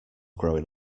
growing